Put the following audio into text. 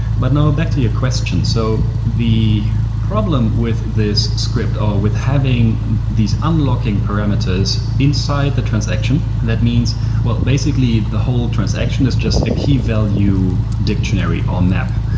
but now, back to your questions. so the problem with this script or with having these unlocking parameters inside a transaction, and that means well, basically the whole transaction is just a key value dictionary or map.